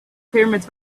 pyramids